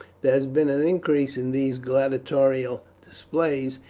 there has been an increase in these gladiatorial displays,